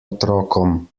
otrokom